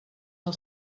del